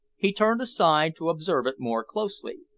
he turned aside to observe it more closely.